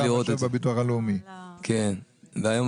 נשאלו כאן